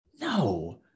No